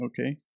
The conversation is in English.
Okay